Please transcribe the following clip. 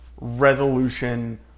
resolution